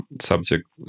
subject